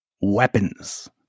weapons